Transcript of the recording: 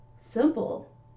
simple